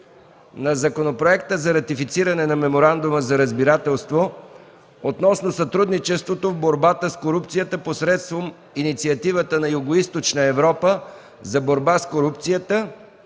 „ЗАКОН за ратифициране на Меморандума за разбирателство относно сътрудничество в борбата с корупцията посредством Инициативата на Югоизточна Европа за борба с корупцията